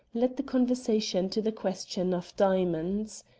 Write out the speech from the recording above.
led the conversation to the question of diamonds.